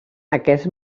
aquest